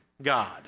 God